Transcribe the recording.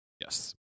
Yes